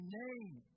name